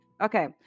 Okay